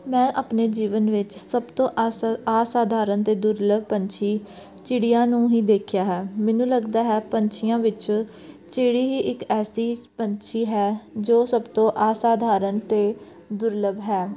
ਮੈਂ ਆਪਣੇ ਜੀਵਨ ਵਿੱਚ ਸਭ ਤੋਂ ਆਸ ਅਸਾਧਾਰਨ ਅਤੇ ਦੁਰਲਭ ਪੰਛੀ ਚਿੜੀਆਂ ਨੂੰ ਹੀ ਦੇਖਿਆ ਹੈ ਮੈਨੂੰ ਲੱਗਦਾ ਹੈ ਪੰਛੀਆਂ ਵਿੱਚ ਚਿੜੀ ਇੱਕ ਐਸੀ ਪੰਛੀ ਹੈ ਜੋ ਸਭ ਤੋਂ ਅਸਾਧਾਰਨ ਅਤੇ ਦੁਰਲਭ ਹੈ